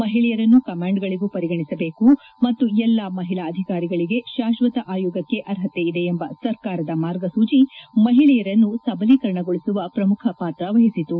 ಮಹಿಳೆಯರನ್ನು ಕಮಾಂಡ್ಗಳಗೂ ಪರಿಗಣಿಸಬೇಕು ಮತ್ತು ಎಲ್ಲಾ ಮಹಿಳಾ ಅಧಿಕಾರಿಗಳಿಗೆ ಶಾಕ್ಷತ ಆಯೋಗಕ್ಕೆ ಆರ್ಪತೆ ಇದೆ ಎಂಬ ಸರ್ಕಾರದ ಮಾರ್ಗಸೂಚಿ ಮಹಿಳೆಯರನ್ನು ಸಬಲೀಕರಣಗೊಳಿಸುವ ಶ್ರಮುಖ ಪಾತ್ರ ವಹಿಸಿತು